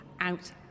out